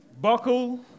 buckle